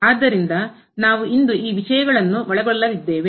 ಆದ್ದರಿಂದ ನಾವು ಇಂದು ಈ ವಿಷಯಗಳನ್ನು ಒಳಗೊಳ್ಳಲಿದ್ದೇವೆ